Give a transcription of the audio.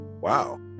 Wow